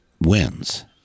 wins